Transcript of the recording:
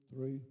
three